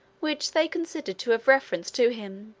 which they considered to have reference to him,